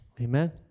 Amen